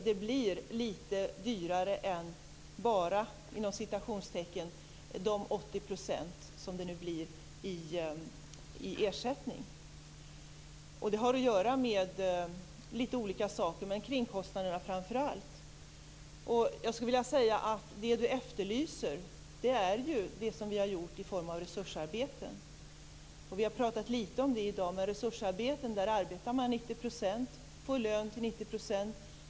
Det blir litet dyrare än "bara" 80 % i ersättning. Det har att göra med framför allt kringkostnaderna. Gunnar Goude efterlyser det vi har gjort i form av resursarbete. Vi har pratat litet om det i dag. I resursarbeten arbetar man 90 %, får lön till 90 %.